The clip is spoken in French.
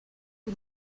que